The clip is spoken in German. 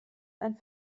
ein